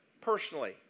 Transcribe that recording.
personally